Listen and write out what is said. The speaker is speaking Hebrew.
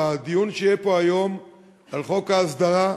בדיון שיהיה פה היום על חוק ההסדרה,